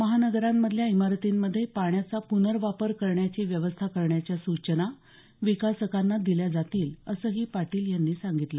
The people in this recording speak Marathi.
महानगरांमधल्या इमारतींमध्ये पाण्याचा पुनर्वापर करण्याची व्यवस्था करण्याच्या सूचना विकासकांना दिल्या जातील असंही पाटील यांनी सांगितलं